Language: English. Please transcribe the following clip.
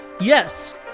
Yes